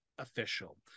official